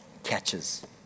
catches